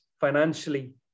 financially